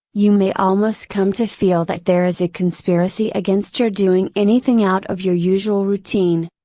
you may almost come to feel that there is a conspiracy against your doing anything out of your usual routine.